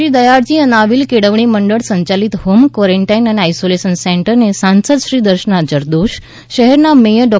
શ્રી દયાળજી અનાવિલ કેળવણી મંડળ સંચાલિત હોમ કવોરોન્ટાઇન અને આઇસોલેશન સેન્ટરને સાંસદ શ્રી દર્શના જરદોષ શહેરના મેથર ડો